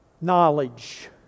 knowledge